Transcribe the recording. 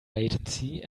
latency